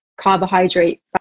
carbohydrate